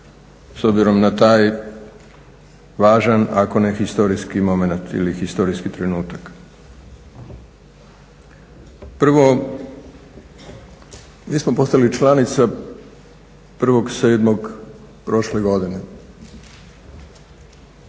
s obzirom na taj važan ako ne i historijski momenat ili historijski trenutak. Prvo, mi smo postali članica 1.7. prošle godine.